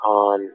on